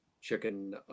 chicken